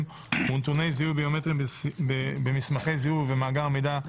ונתוני זיהוי ביומטריים במסמכי זיהוי ובמאגר מידע,